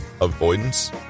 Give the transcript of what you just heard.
avoidance